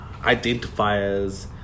Identifiers